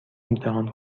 امتحان